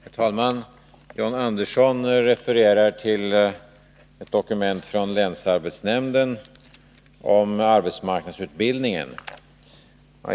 Herr talman! John Andersson refererade till ett dokument från länsarbetsnämnden om arbetsmarknadsutbildningen.